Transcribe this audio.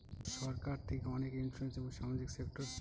সরকার থেকে অনেক ইন্সুরেন্স এবং সামাজিক সেক্টর স্কিম পায়